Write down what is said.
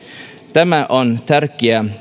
tämä on tärkeä